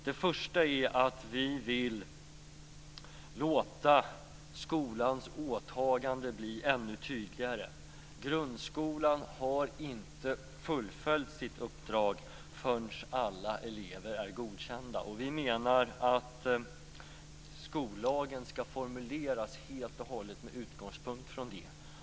Den första är att vi vill låta skolans åtagande bli ännu tydligare. Grundskolan har inte fullföljt sitt uppdrag förrän alla elever är godkända. Vi menar att skollagen skall formuleras helt och hållet med utgångspunkt från det.